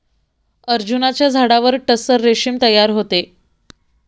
अर्जुनाच्या झाडावर टसर रेशीम तयार होते